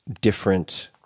different